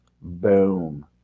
boom